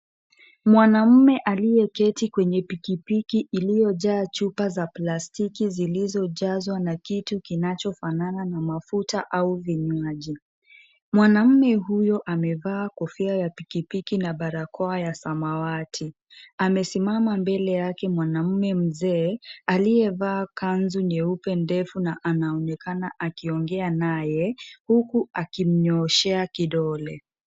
Mwanaume aliyeketi kwenye pikipiki Iliyojaa chupa za plastiki zilizojazwa na kitu kinachofanana na Mafuta au vinywaji. Mwanaume huyo amevaa kofia ya pikipiki na barakoa ya samawati. Amesimama mbele yake mwanaume Mzee, aliyevaa kanzu nyeupe ndefu, na anaonekana akiongea naye huku akimyooshea kidole.